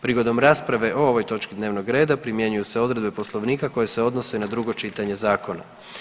Prigodom rasprave o ovoj točki dnevnog reda primjenjuju se odredbe Poslovnika koje se odnose na drugo čitanje zakona.